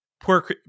poor